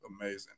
amazing